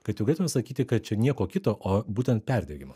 kad jau galėtumėm sakyti kad čia nieko kito o būtent perdegimas